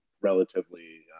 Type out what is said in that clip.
relatively